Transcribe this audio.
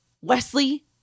Wesley